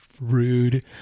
rude